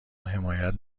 حمایت